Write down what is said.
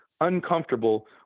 uncomfortable